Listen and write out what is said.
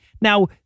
Now